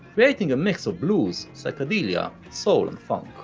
creating a mix of blues, psychedelia, soul and funk.